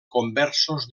conversos